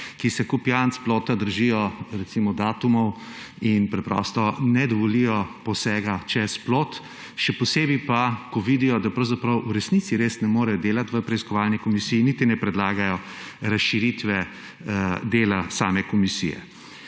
kjer se kot pijanec plota držijo recimo datumov in preprosto ne dovolijo posega čez plot. Še posebej pa, ko vidijo, da v resnici ne morejo delati v preiskovalni komisiji in niti ne predlagajo razširitve dela same komisije.